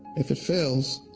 if it fails,